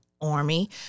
Army